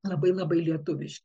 labai labai lietuviški